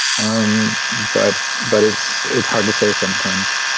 um but but it's it's hard to say sometimes.